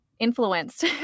influenced